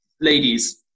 ladies